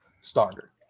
starter